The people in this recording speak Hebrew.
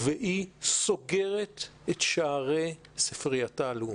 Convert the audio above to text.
סוגרת את שערי ספרייתה הלאומית.